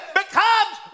becomes